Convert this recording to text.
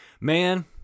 man